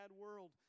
world